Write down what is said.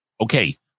okay